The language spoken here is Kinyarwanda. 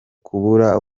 kubura